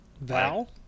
Val